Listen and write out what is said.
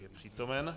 Je přítomen.